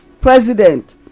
president